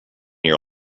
your